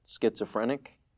schizophrenic